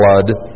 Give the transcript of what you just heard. blood